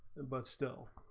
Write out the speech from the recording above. and but still